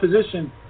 position